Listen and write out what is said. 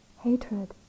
hatred